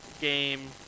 game